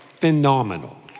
phenomenal